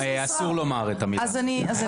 לא, אסור לומר את המילה הזאת.